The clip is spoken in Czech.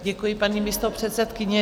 Děkuji paní místopředsedkyni.